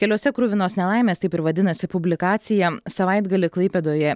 keliuose kruvinos nelaimės taip ir vadinasi publikacija savaitgalį klaipėdoje